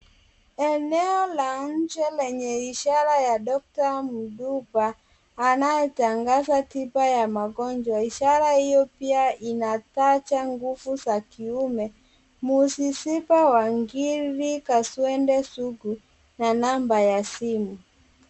Eneo la nje lenye ishara ya doctor Mduba anayetangaza tiba ya magonjwa ishara hiyo pia inataja nguvu za kiume, musisiba wa ngiri, kaswende sugu na namba ya simu.